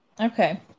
Okay